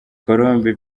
colombe